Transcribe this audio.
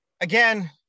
again